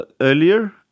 earlier